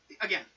again